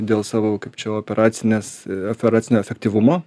dėl savo kaip čia operacinės operacinio efektyvumo